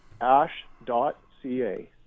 ash.ca